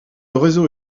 réseau